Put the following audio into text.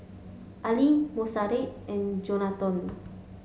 Ali Monserrat and Johnathon